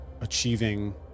achieving